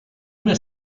una